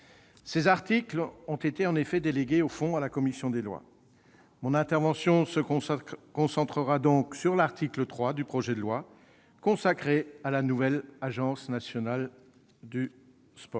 Ces articles ont été, en effet, délégués au fond à cette commission. Mon intervention se concentrera donc sur l'article 3 du projet de loi, qui est consacré à la nouvelle agence nationale du sport.